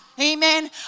Amen